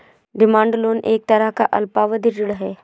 demand loan एक तरह का अल्पावधि ऋण है